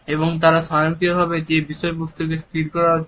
এবং তারা স্বয়ংক্রিয়ভাবে যে বিষয়বস্তুকে স্থির করা হচ্ছে